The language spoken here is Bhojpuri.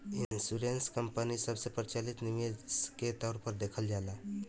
इंश्योरेंस कंपनी सबसे प्रचलित निवेश के तौर पर देखल जाला